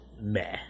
meh